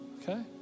okay